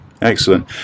Excellent